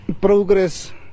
progress